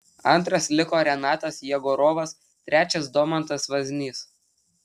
antras liko renatas jegorovas trečias domantas vaznys